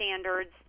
standards